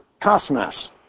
Cosmos